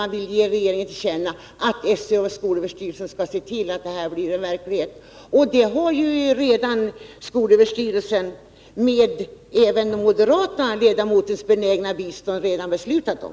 Man vill ge regeringen till känna att skolöverstyrelsen skall se till att detta blir verklighet, och det har ju väsendet gemensamma frågor väsendet gemensamma frågor SÖ, med även den moderata ledamotens benägna bistånd, redan beslutat om.